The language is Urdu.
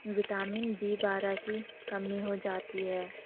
وٹامن بی بارہ کی کمی ہو جاتی ہے